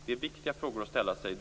Detta är viktiga frågor att ställa sig.